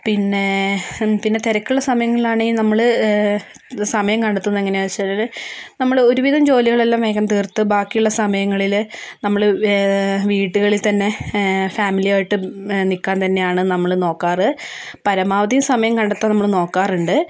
പിന്നേ പിന്നെ തിരക്കുള്ള സമയങ്ങളിൽ ആണെങ്കിൽ നമ്മൾ സമയം കണ്ടെത്തുന്നത് എങ്ങനെയാന്ന് വെച്ചാൽ നമ്മൾ ഒരുവിധം ജോലികളെല്ലാം വേഗം തീർത്ത് ബാക്കിയുള്ള സമയങ്ങളിൽ നമ്മൾ വീടുകളിൽ തന്നെ ഫാമിലിയായിട്ട് നിൽക്കാൻ തന്നെയാണ് നമ്മൾ നോക്കാറ് പരമാവധി സമയം കണ്ടെത്താൻ നമ്മൾ നോക്കാറുണ്ട്